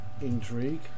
Intrigue